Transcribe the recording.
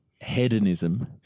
hedonism